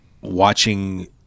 watching